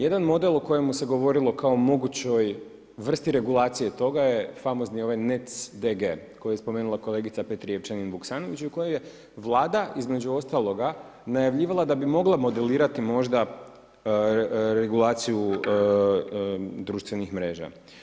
Jedan model o kojemu se govorilo kao mogućoj vrsti regulacije toga je famozni ovaj NetzDG. koji je spomenula kolegica Petrijevčanin Vuksanović i u kojoj je Vlada između ostaloga najavljivala da bi mogla modelirati možda regulaciju društvenih mreža.